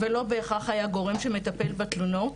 ולא בהכרח היה גורם שמטפל בתלונות.